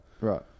Right